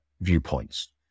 viewpoints